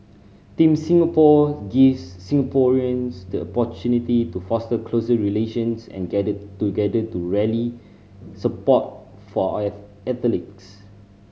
Team Singapore gives Singaporeans the to foster closer relations and gather together to rally support for as athletes